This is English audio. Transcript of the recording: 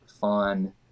fun